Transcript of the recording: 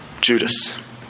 Judas